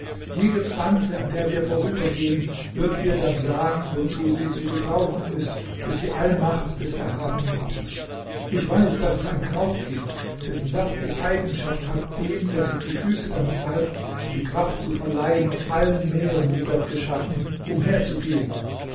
jede pflanze an der wir vorübergehen wird ihr dann sagen wozu sie zu gebrauchen ist durch die allmacht des erhabenen gottes ich weiß daß es ein kraut gibt dessen saft die eigenschaft hat dem der sich die füße damit salbt die kraft zu verleihen auf allen meeren die gott geschaffen umherzugehen